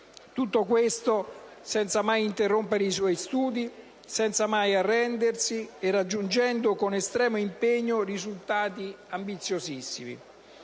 Tutto questo, senza mai interrompere i suoi studi, senza mai arrendersi e raggiungendo con estremo impegno risultati ambiziosissimi.